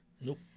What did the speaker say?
Nope